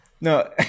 no